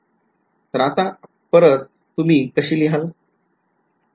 तर आता परत तुम्ही कशी लिहाल